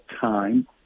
time